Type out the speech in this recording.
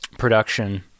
production